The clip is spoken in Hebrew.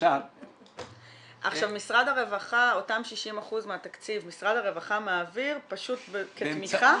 אותם 60% מהתקציב, משרד הרווחה מעביר כתמיכה?